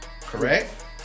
correct